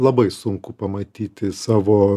labai sunku pamatyti savo